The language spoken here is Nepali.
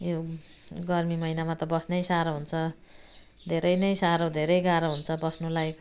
यो गर्मी महिनामा त बस्नु साह्रो हुन्छ धेरै नै साह्रो धेरै नै गाह्रो हुन्छ बस्नुलाई